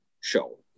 show